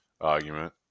argument